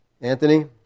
Anthony